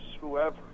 whoever